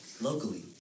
Locally